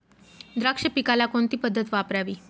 द्राक्ष पिकाला कोणती पद्धत वापरावी?